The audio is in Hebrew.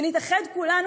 ונתאחד כולנו,